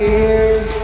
ears